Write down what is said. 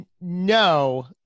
No